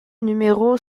numéro